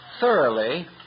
thoroughly